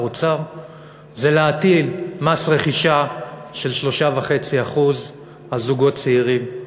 אוצר זה להטיל מס רכישה של 3.5% על זוגות צעירים,